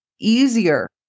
easier